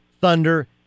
Thunder